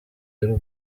y’u